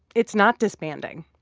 it's not disbanding.